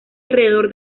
alrededor